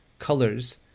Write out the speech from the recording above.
colors